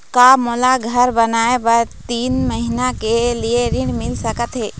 का मोला घर बनाए बर तीन महीना के लिए ऋण मिल सकत हे?